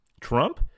Trump